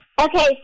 Okay